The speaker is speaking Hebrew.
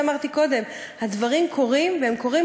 להתווכח: זה היה חוקי,